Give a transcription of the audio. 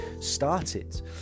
started